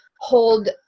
hold